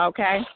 Okay